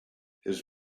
his